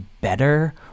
better